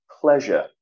pleasure